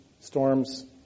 storms